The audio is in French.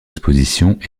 expositions